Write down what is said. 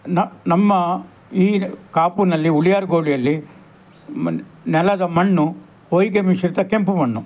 ನ ನಮ್ಮ ಈ ಕಾಪುನಲ್ಲಿ ಉಳಿಯಾರ್ಗೋಳಿಯಲ್ಲಿ ಮಣ್ಣು ನೆಲದ ಮಣ್ಣು ಹೊಯ್ಗೆ ಮಿಶ್ರಿತ ಕೆಂಪು ಮಣ್ಣು